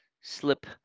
slip